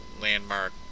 landmark